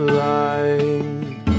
light